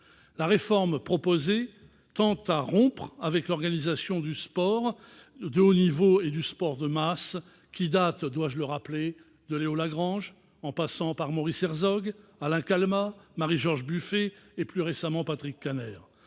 La réforme proposée tend à rompre avec une organisation du sport de haut niveau et du sport de masse qui date, dois-je le rappeler, de Léo Lagrange, le flambeau ayant ensuite été repris par Maurice Herzog, Alain Calmat, Marie-George Buffet et, plus récemment, Patrick Kanner.